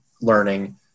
learning